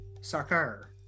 soccer